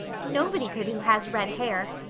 nobody could who has red hair.